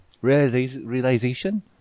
Realization